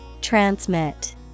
Transmit